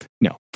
No